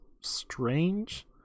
strange